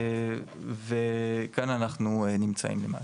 וכאן אנחנו נמצאים למעשה.